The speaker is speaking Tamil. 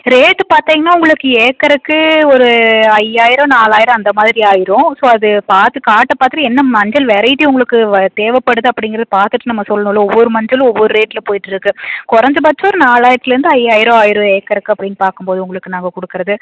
ரேட்டு பார்த்தீங்கன்னா உங்களுக்கு ஏக்கருக்கு ஒரு ஐயாயிரம் நாலாயிரம் அந்தமாதிரி ஆயிடும் ஸோ அது பார்த்து காட்ட பார்த்துட்டு என்ன மஞ்சள் வெரைட்டி உங்களுக்கு வ தேவைப்படுது அப்படிங்கிறத பார்த்துட்டு நம்ம சொல்லணும்ல ஒவ்வொரு மஞ்சளும் ஒவ்வொரு ரேட்டில் போயிட்ருக்குது குறஞ்சபட்சம் நாலாயிரத்திலேருந்து ஐயாயிரம் ஆயிடும் ஏக்கருக்கு அப்படின்னு பார்க்கும்போது உங்களுக்கு நாங்கள் கொடுக்கறது